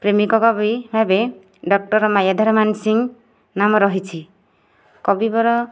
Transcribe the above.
ପ୍ରେମିକ କବି ଭାବେ ଡକ୍ଟର ମାୟାଧର ମାନସିଂହ ନାମ ରହିଛି କବିବର